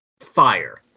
fire